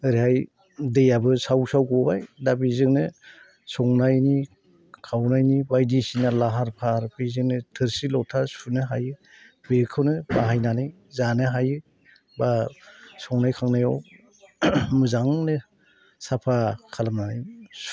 ओरैहाय दैआबो साव साव गबाय दा बेजोंनो संनायनि खावनायनि बायदिसिना लाहार फाहार बेजोंनो थोरसि लथा सुनो हायो बेखौनो बाहायनानै जानो हायो बा संनाय खावनायाव मोजांनो साफा खालामनानै